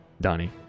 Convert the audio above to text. Donnie